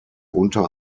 unter